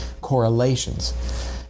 correlations